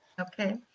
Okay